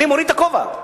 אני מוריד את הכובע.